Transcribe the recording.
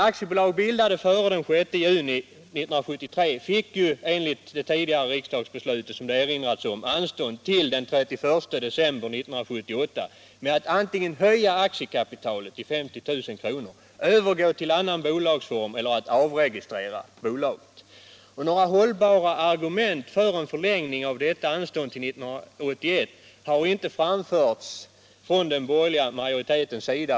Aktiebolag bildade före den 6 juni 1973 fick enligt föregående riksdagsbeslut, som här också tidigare erinrats om, anstånd till den 31 december 1978 med att alternativt höja aktiekapitalet till 50 000 kr., övergå till annan bolagsform eller avregistrera bolaget. Några hållbara argument för en förlängning av detta anstånd till 1981 har inte framförts från den borgerliga majoriteten.